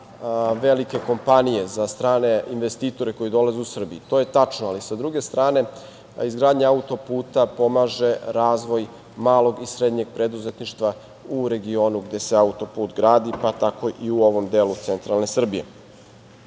velike kompanije, za strane investitore koji dolaze u Srbiju. To je tačno, ali sa druge strane izgradnja autoputa pomaže razvoj malog i srednjeg preduzetništva u regionu gde se autoput i gradi, pa tao i u ovom delu centralne Srbije. Ne